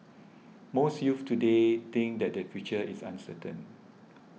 most youths today think that their future is uncertain